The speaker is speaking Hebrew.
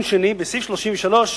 כתוב רק "סעיף"